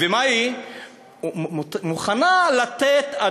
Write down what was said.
ומה היא מוכנה לתת?